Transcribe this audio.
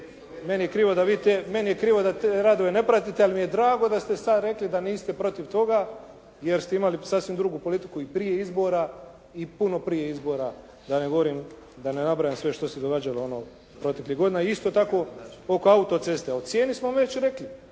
meni je krivo da te radove ne pratite ali mi je drago da ste sad rekli da niste protiv toga jer ste imali sasvim drugu politiku i prije izbora i puno prije izbora da ne govorim, da ne nabrajam sve što se događalo ono proteklih godina. Isto tako oko auto-ceste. O cijeni smo već rekli.